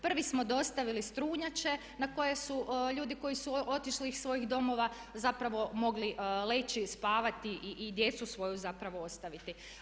Prvi smo dostavili strunjače na koje su ljudi koji su otišli iz svojih domova zapravo mogli leći i spavati i djecu svoju zapravo ostaviti.